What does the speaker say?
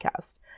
podcast